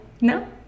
No